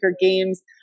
games